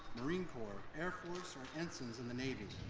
marine corps, air force or ensigns in the navy.